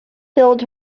filled